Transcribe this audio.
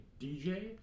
DJ